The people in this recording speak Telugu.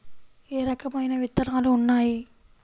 ఏ రకమైన విత్తనాలు ఉన్నాయి?